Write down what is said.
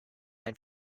line